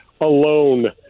alone